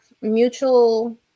mutual